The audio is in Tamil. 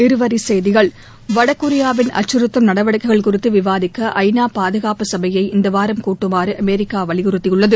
இருவரிச் செய்திகள் வடகொரியாவின் அச்சுறுத்தும் நடவடிக்கைகள் குறித்து விவாதிக்க ஐநா பாதுகாப்பு சபையை இந்த வாரம் கூட்டுமாறு அமெரிக்கா வலியுறுத்தியுள்ளது